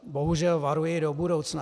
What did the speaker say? Bohužel varuji do budoucna.